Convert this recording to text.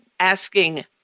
asking